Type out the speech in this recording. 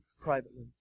privately